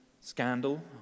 scandal